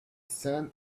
sun